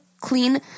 clean